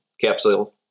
capsule